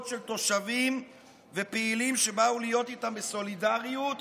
של תושבים ופעילים שבאו להיות איתם בסולידריות